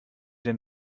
denn